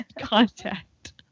contact